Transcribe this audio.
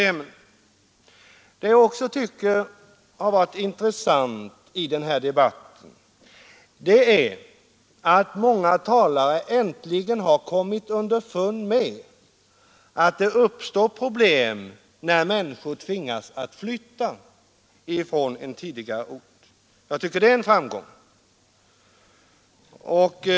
En annan sak som jag tycker varit intressant i den här debatten är att många talare äntligen har kommit underfund med att det uppstår problem när människor tvingas att flytta från en ort. Jag tycker det är en framgång.